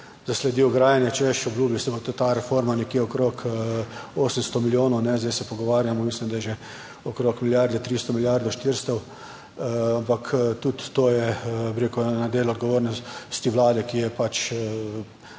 zasledil grajanje, češ obljubili se bo ta reforma nekje okrog 800 milijonov, zdaj se pogovarjamo, mislim, da je že okrog milijarde 300, milijard 400 ampak tudi to je, bi rekel en del odgovornosti Vlade, ki je pač